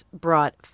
brought